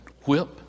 whip